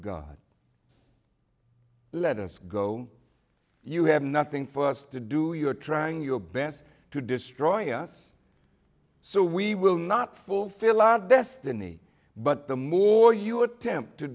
god let us go you have nothing for us to do you are trying your best to destroy us so we will not fulfill our destiny but the more you attempt to